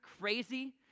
crazy